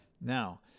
Now